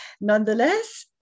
Nonetheless